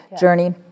journey